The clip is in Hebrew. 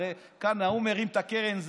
הרי כאן ההוא מרים את הקרן,